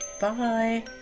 Bye